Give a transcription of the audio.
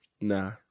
Nah